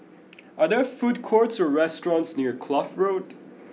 are there food courts or restaurants near Kloof Road